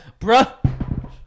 bruh